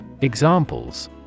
Examples